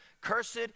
Cursed